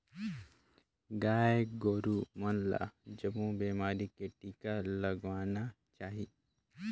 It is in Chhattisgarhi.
गाय गोरु मन ल जमो बेमारी के टिका लगवाना चाही